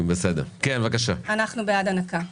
אנחנו בעד הנקה.